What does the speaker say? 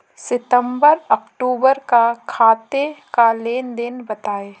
सितंबर अक्तूबर का खाते का लेनदेन बताएं